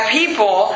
people